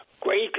great